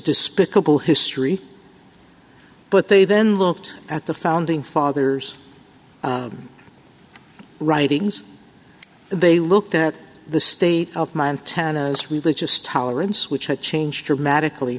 despicable history but they then looked at the founding fathers writings they looked at the state of montana as religious tolerance which had changed dramatically